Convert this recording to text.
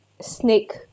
snake